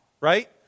right